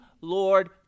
Lord